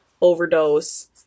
overdose